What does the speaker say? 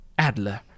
Adler